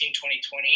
2020